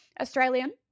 Australian